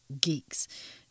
Geeks